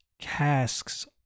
casks